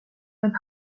with